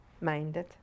minded